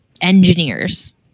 engineers